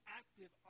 active